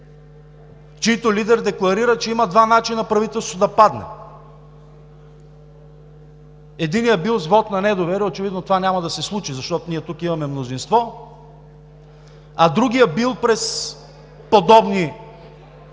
чийто лидер декларира, че има два начина правителството да падне. Единият е бил с вот на недоверие – очевидно това няма да се случи, защото тук имаме мнозинство, а другият е бил през подобни погроми